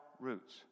roots